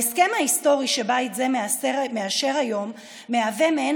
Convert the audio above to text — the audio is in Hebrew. ההסכם ההיסטורי שבית זה מאשר היום מהווה מעין